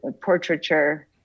portraiture